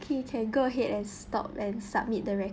can go ahead and stop and submit the re~